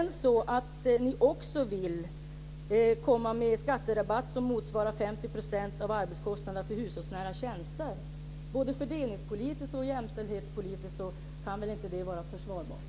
Ni vill också införa en skatterabatt som motsvarar Detta kan varken fördelningspolitiskt eller jämställdhetspolitiskt vara försvarbart.